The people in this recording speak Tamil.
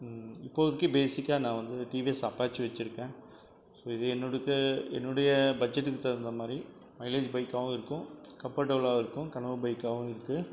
இப்போதிக்கு பேசிக்காக நான் வந்து டிவிஎஸ் அப்பாச்சி வச்சியிருக்கேன் ஸோ இது என்னோடுக்கு என்னுடைய பட்ஜெட்டுக்கு தகுந்தமாதிரி மைலேஜ் பைக்காகவும் இருக்கும் கம்ஃபடபுளாகவும் இருக்கும் கனவு பைக்காகவும் இருக்கு